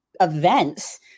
events